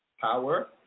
Power